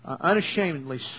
unashamedly